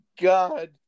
God